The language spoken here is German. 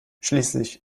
schließlich